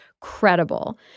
credible